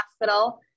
hospital